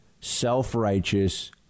self-righteous